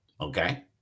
okay